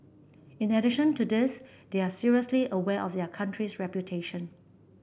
in addition to this they are seriously aware of their country's reputation